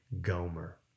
Gomer